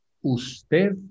usted